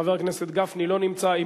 חבר הכנסת גפני לא נמצא.